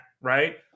right